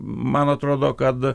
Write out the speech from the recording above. man atrodo kad